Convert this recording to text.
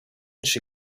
she